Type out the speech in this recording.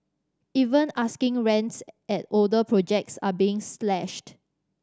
even asking rents at older projects are being slashed